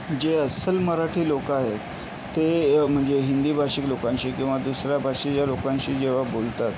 जे अस्सल मराठी लोकं आहेत ते म्हणजे हिंदी भाषिक लोकांशी किंवा दुसऱ्या भाषेच्या लोकांशी जेव्हा बोलतात